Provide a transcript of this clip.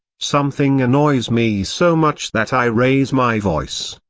something annoys me so much that i raise my voice.